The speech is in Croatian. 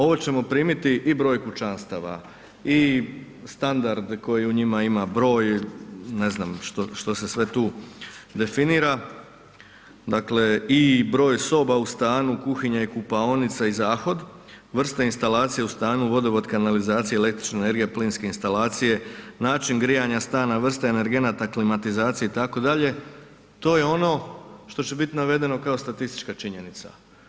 Ovo ćemo primiti i broj kućanstava i standarde koje u njima ima, broj, ne znam što se sve tu definira, dakle i broj soba u stanu, kuhinja i kupaonica i zahod, vrste instalacija u stanu, vodovod, kanalizacija, električna energija, plinske instalacije, način grijanja stana, vrste energenata, klimatizacije itd., to je ono što će biti navedeno kao statistička činjenica.